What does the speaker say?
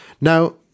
Now